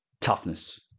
toughness